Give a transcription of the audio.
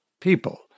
people